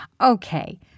Okay